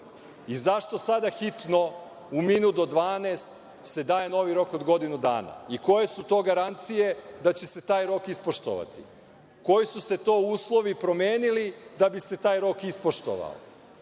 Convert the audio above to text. Zašto sada hitno, u minut do 12 se daje novi rok od godinu dana? Koje su to garancije da će se taj rok ispoštovati? Koji su se to uslovi promenili da bi se taj rok ispoštovao?